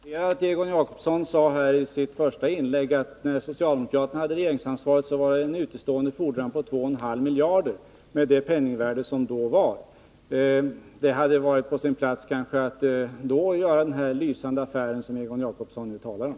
Herr talman! Jag har noterat att Egon Jacobsson i sitt första inlägg sade att när socialdemokraterna hade regeringsansvaret var det en utestående fordran på två och en halv miljarder, i dåvarande penningvärde. Det hade kanske varit på sin plats att då göra den lysande affär som Egon Jacobsson nu talar om.